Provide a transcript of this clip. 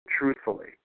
truthfully